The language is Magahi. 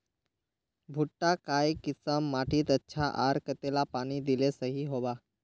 भुट्टा काई किसम माटित अच्छा, आर कतेला पानी दिले सही होवा?